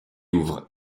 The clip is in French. ouvre